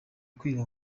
kwiba